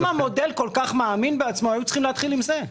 אם המודל כל כך מאמין בעצמן היו צריכים להתחיל עם זה.